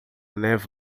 neve